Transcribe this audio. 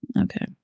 Okay